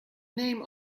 name